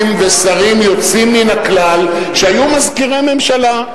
חברי כנסת ושרים יוצאים מהכלל שהיו מזכירי ממשלה.